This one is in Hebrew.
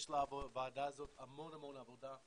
יש לוועדה הזאת המון עבודה.